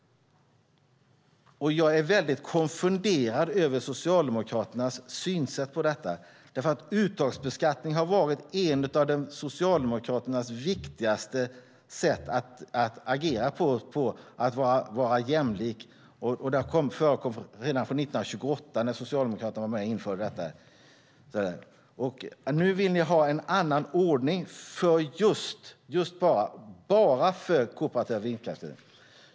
Jag är konfunderad över Socialdemokraternas synsätt på detta. Uttagsbeskattning har varit ett av Socialdemokraternas viktigaste sätt att agera på när det gäller att vara jämlik. Det har förekommit redan från 1928 när Socialdemokraterna var med och införde detta. Nu vill ni ha en annan ordning just bara för kooperativa vindkraftverk.